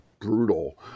brutal